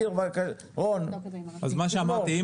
מה שאמרתי,